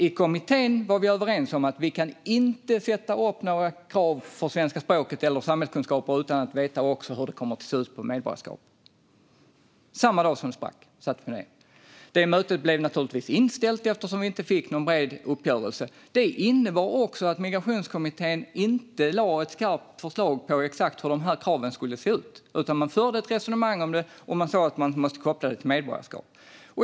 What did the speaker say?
I kommittén var vi överens om att vi inte kan sätta upp några krav för svenska språket eller samhällskunskaper utan att veta hur det kommer att se ut för medborgarskap. Det mötet blev naturligtvis inställt, eftersom vi inte fick någon bred uppgörelse. Det innebar också att Migrationskommittén inte lade fram ett skarpt förslag på exakt hur de här kraven skulle se ut. Men man förde ett resonemang om det, och man sa att man skulle koppla det till medborgarskap.